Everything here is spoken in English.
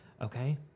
okay